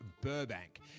Burbank